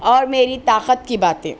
اور میری طاقت کی باتیں